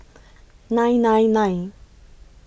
nine nine nine